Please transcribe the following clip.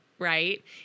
right